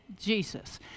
Jesus